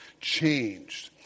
changed